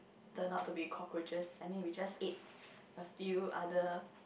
turned out to be cockroaches I mean we just ate a few other